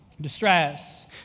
distress